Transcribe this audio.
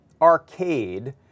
Arcade